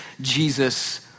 Jesus